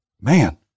Man